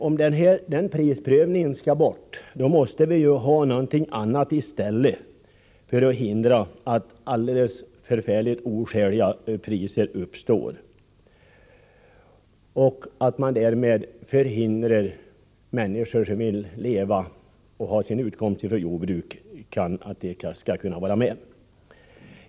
Om prisprövningen skall bort måste vi emellertid ha något annat i stället, för att förhindra oskäliga priser som blir ett hinder för människor som vill ägna sitt liv åt och ha sin utkomst av jordbruk.